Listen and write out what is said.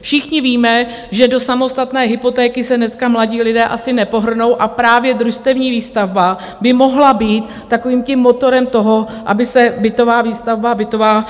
Všichni víme, že do samostatné hypotéky se dneska mladí lidé asi nepohrnou, a právě družstevní výstavba by mohla být takovým tím motorem toho, aby se bytová výstavba a bytová